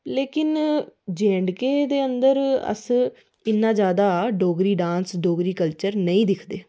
लेकिन J and K बिच अस डोगरी कल्चर डोगरी डांस इन्ना जैदा नेईं दिखदे